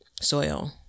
soil